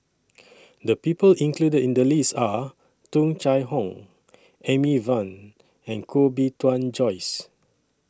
The People included in The list Are Tung Chye Hong Amy Van and Koh Bee Tuan Joyce